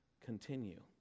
continue